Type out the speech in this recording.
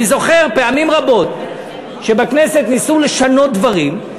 אני זוכר פעמים רבות שבכנסת ניסו לשנות דברים,